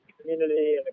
community